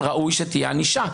ראוי שתהיה ענישה,